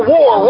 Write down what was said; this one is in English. War